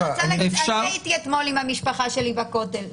אני הייתי אתמול עם המשפחה שלי בכותל,